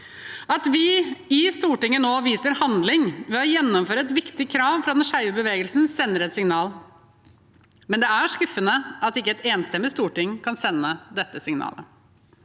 at vi i Stortinget nå viser handling ved å gjennomføre et viktig krav fra den skeive bevegelsen, sender et signal. Men det er skuffende at ikke et enstemmig Storting kan sende dette signalet.